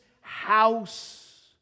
house